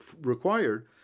required